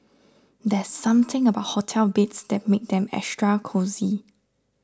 there's something about hotel beds that makes them extra cosy